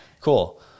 Cool